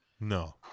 no